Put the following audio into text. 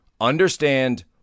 Understand